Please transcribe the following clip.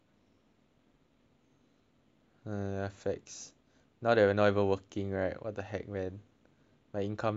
!haiya! farks now that we're not even working right what the heck man my income just going down sia